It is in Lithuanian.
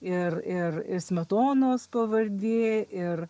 ir ir ir smetonos pavardė ir